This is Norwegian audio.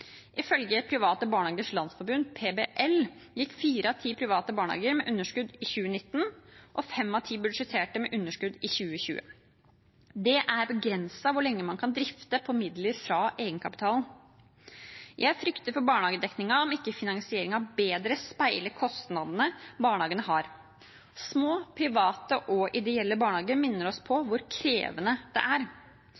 Ifølge Private Barnehagers Landsforbund, PBL, gikk fire av ti private barnehager med underskudd i 2019, og fem av ti budsjetterte med underskudd i 2020. Det er begrenset hvor lenge man kan drifte på midler fra egenkapitalen. Jeg frykter for barnehagedekningen om ikke finansieringen bedre speiler kostnadene barnehagene har. Små private og ideelle barnehager minner oss på